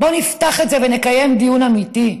בואו נפתח את זה ונקיים דיון אמיתי.